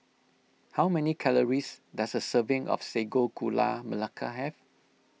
how many calories does a serving of Sago Gula Melaka have